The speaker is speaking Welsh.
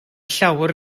llawr